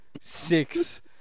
Six